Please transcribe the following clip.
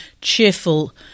cheerful